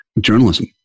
journalism